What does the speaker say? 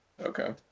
Okay